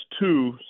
two